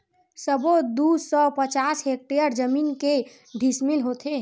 सबो दू सौ पचास हेक्टेयर जमीन के डिसमिल होथे?